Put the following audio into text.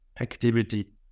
activity